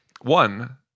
one